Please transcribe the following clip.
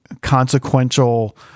consequential